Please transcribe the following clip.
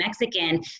Mexican